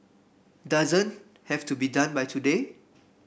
doesn't have to be done by today